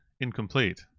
incomplete